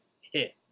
hit